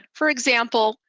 for example,